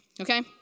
Okay